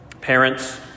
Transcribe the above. Parents